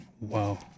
Wow